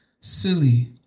silly